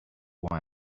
why